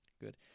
good